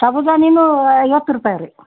ಸಾಬುದಾನವೂ ಐವತ್ತು ರೂಪಾಯಿ ರೀ